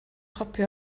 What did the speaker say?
copi